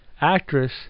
actress